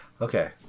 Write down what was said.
Okay